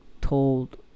told